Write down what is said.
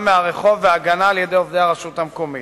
מהרחוב ומתן הגנה על-ידי עובדי הרשות המקומית.